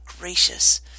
gracious